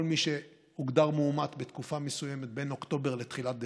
כל מי שהוגדר מאומת בתקופה מסוימת בין אוקטובר לתחילת דצמבר.